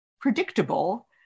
predictable